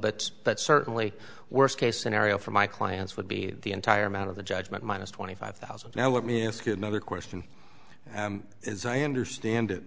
but that certainly worst case scenario for my clients would be the entire amount of the judgment minus twenty five thousand now let me ask you another question and as i understand it